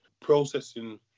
processing